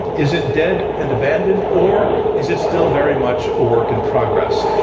is it dead and abandoned, or is it still very much a work in progress?